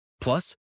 Plus